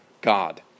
God